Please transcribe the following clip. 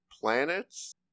Planets